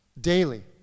Daily